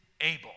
able